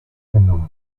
phenomena